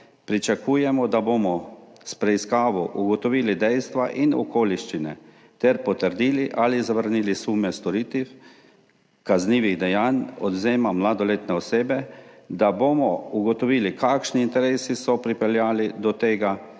pričakujemo, da bomo s preiskavo ugotovili dejstva in okoliščine ter potrdili ali zavrnili sume storitev kaznivih dejanj odvzema mladoletne osebe, da bomo ugotovili, kakšni interesi so pripeljali do tega,